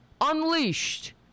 Unleashed